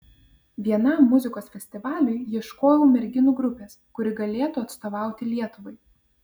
vienam muzikos festivaliui ieškojau merginų grupės kuri galėtų atstovauti lietuvai